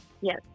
yes